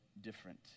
different